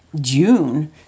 June